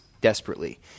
desperately